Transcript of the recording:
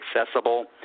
accessible